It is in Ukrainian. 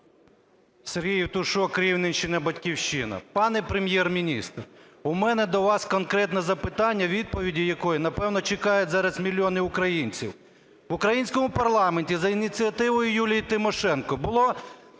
Сергій Євтушок, Рівненщина, "Батьківщина". Пане Прем’єр-міністр, у мене до вас конкретне запитання, відповіді якої, напевно, чекають зараз мільйони українців. В українському парламенті за ініціативою Юлії Тимошенко було